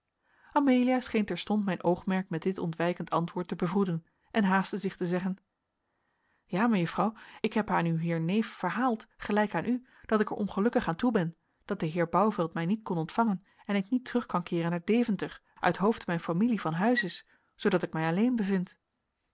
amelia scheen terstond mijn oogmerk met dit ontwijkend antwoord te bevroeden en haastte zich te zeggen ja mejuffer ik heb aan uw heer neef verhaald gelijk aan u dat ik er ongelukkig aan toe ben daar de heer bouvelt mij niet kon ontvangen en ik niet terug kan keeren naar deventer uithoofde mijn familie van huis is zoodat ik mij alleen bevind